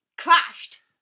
crashed